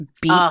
beat